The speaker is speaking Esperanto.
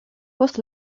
post